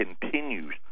continues